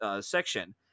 section